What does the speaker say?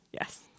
yes